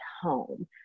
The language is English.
home